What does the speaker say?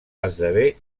esdevé